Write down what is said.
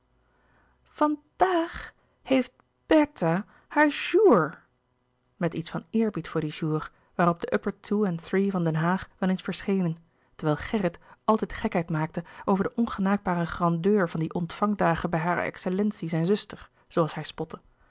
van dààg heeft bèrtha haar joùr met iets van eerbied voor dien jour waarop de upper two and three van den haag wel eens verschenen terwijl gerrit altijd gekheid maakte over de ongenaakbare grandeur van die ontvangdagen bij hare excellentie zijn zuster zooals hij spotte